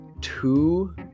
two